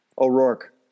O'Rourke